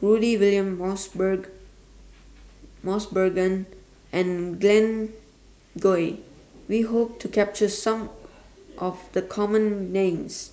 Rudy William Mosbergen and Glen Goei We Hope to capture Some of The Common Names